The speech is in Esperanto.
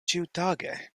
ĉiutage